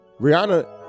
Rihanna